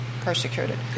persecuted